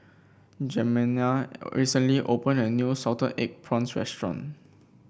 Jemima recently opened a new Salted Egg Prawns restaurant